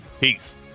Peace